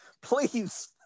please